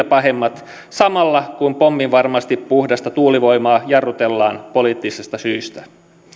pahemmat samalla kun pomminvarmasti puhdasta tuulivoimaa jarrutellaan poliittisista syistä